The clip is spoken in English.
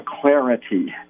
clarity